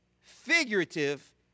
figurative